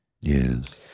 Yes